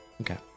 Okay